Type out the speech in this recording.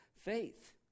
faith